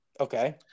Okay